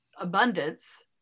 abundance